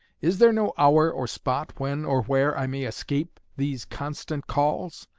is there no hour or spot when or where i may escape these constant calls?